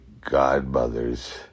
godmothers